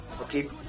okay